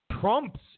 Trump's